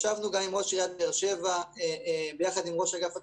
וישבנו גם עם ראש עיריית באר שבע וראש אגף התקציבים.